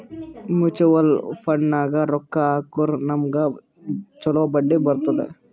mutual ಫಂಡ್ನಾಗ್ ರೊಕ್ಕಾ ಹಾಕುರ್ ನಮ್ಗ್ ಛಲೋ ಬಡ್ಡಿ ಬರ್ತುದ್